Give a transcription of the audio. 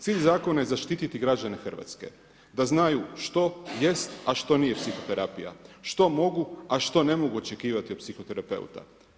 Cilj zakona je zaštiti građane Hrvatske, da znaju što jest a što nije psihoterapija, što mogu, a što ne mogu očekivati od psihoterapeuta.